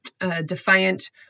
defiant